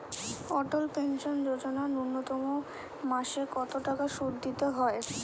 অটল pension Yojana ন্যূনতম মাসে কত টাকা সুধ দিতে হয়?